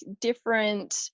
different